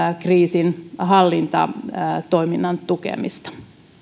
kriisinhallintatoiminnan tukemista